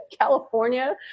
California